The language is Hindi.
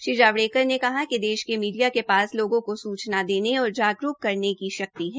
श्री जावड़ेकर ने कहा कि देश के मीडिया के पास लोगों को सूचना देने और जागरूक करने की शक्ति है